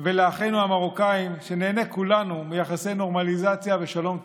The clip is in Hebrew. ולאחינו המרוקאים שניהנה כולנו מיחסי נורמליזציה ושלום טובים.